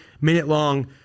minute-long